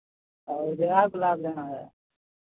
उजरा गुलाब लेना है